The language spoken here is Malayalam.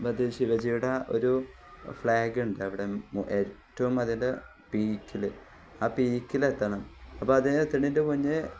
പതി ശിവജിയുടെ ഒരു ഫ്ലാഗ് ഉണ്ട് അവിടെ ഏറ്റവും അതിന്റെ പീക്കില് ആ പീക്കിലെത്തണം അപ്പോള് അതിനെത്തുന്നതിന്റെ മുന്നേ